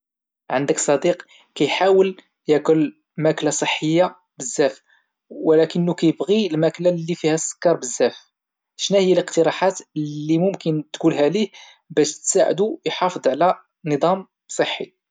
عندك صديق كيحاول يتعلم لغة جديدة ولكنه كيلقى صعوبة الممارسة ديالها ديما، شناهيا النصيحة اللي ممكن تقدمها ليه؟